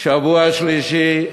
שבוע שלישי,